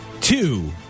Two